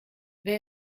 wer